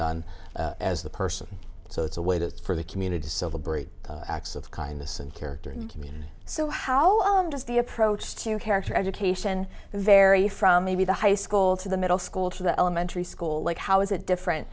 done as the person so it's a way to for the community civil break acts of kindness and character and community so how does the approach to character education vary from maybe the high school to the middle school to the elementary school like how is it different